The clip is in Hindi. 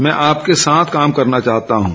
मैं आपके साथ काम करना चाहता हूं